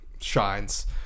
shines